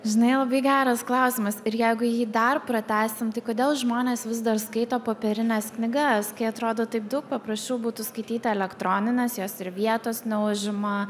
žinai labai geras klausimas ir jeigu jį dar pratęsim tai kodėl žmonės vis dar skaito popierines knygas kai atrodo taip daug paprasčiau būtų skaityt elektronines jos ir vietos neužima